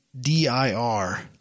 DIR